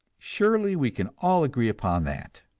surely we can all agree upon that!